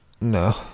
No